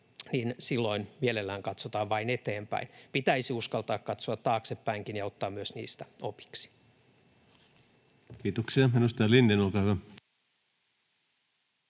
niin silloin mielellään katsotaan vain eteenpäin. Pitäisi uskaltaa katsoa taaksepäinkin ja ottaa myös niistä opiksi. [Speech 53] Speaker: